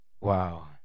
Wow